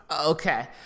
Okay